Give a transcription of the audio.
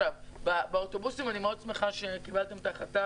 באוטובוסים אני שמחה מאוד שקיבלתם החלטה